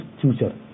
future